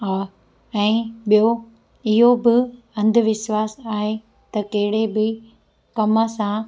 ऐं ॿियो इहो बि अंधविश्वासु आहे त कहिड़े बि कम सां